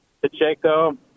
Pacheco